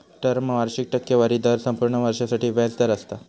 term वार्षिक टक्केवारी दर संपूर्ण वर्षासाठी व्याज दर असता